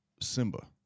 Simba